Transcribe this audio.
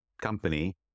company